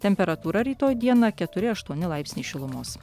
temperatūra rytoj dieną keturi aštuoni laipsniai šilumos